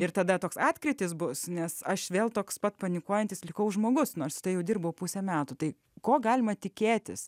ir tada toks atkirtis bus nes aš vėl toks pat panikuojantis likau žmogus nors tai jau dirbo pusę metų tai ko galima tikėtis